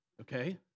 okay